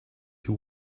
you